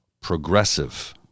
progressive